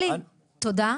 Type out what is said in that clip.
עלי, תודה,